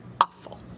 Awful